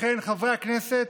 לכן, חברי הכנסת,